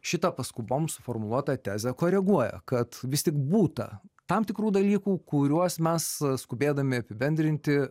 šitą paskubom suformuluotą tezę koreguoja kad vis tik būta tam tikrų dalykų kuriuos mes skubėdami apibendrinti